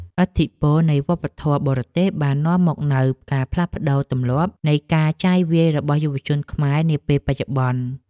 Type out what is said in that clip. ឥទ្ធិពលនៃវប្បធម៌បរទេសបាននាំមកនូវការផ្លាស់ប្ដូរទម្លាប់នៃការចាយវាយរបស់យុវជនខ្មែរនាពេលបច្ចុប្បន្ន។